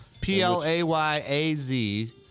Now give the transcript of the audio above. P-L-A-Y-A-Z